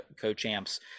co-champs